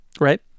Right